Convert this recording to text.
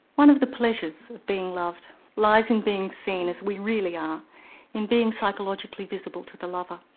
one of the pleasures of being loved lies in being seen as we really are in being psychologically visible to the lover.